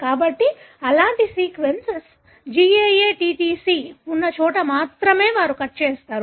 కాబట్టి అలాంటి sequence GAATTC ఉన్న చోట మాత్రమే వారు కట్ చేస్తారు